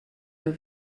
nhw